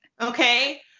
Okay